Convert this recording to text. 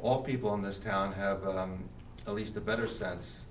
all people in this town have at least a better sense